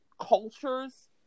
cultures